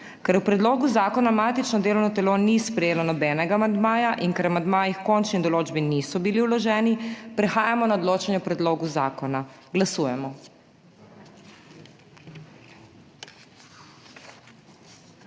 Ker k predlogu zakona matično delovno telo ni sprejelo nobenega amandmaja in ker amandmaji h končni določbi niso bili vloženi, prehajamo na odločanje o predlogu zakona. Glasujemo.